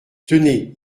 tenez